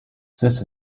this